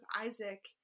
Isaac